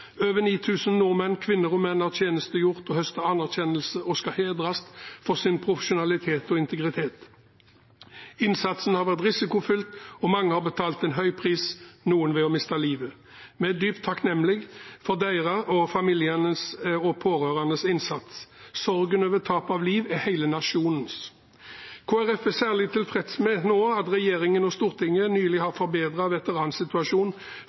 Over 9 000 nordmenn, kvinner og menn, har tjenestegjort og høstet anerkjennelse og skal hedres for sin profesjonalitet og integritet. Innsatsen har vært risikofylt, og mange har betalt en høy pris, noen ved å miste livet. Vi er dypt takknemlig for deres, familienes og pårørendes innsats. Sorgen over tap av liv er hele nasjonens. Kristelig Folkeparti er særlig tilfreds med at regjeringen og Stortinget nylig har forbedret veteransituasjonen